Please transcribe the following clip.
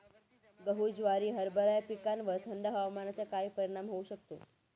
गहू, ज्वारी, हरभरा या पिकांवर थंड हवामानाचा काय परिणाम होऊ शकतो?